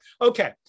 Okay